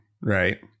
right